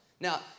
Now